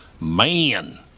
man